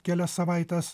kelias savaites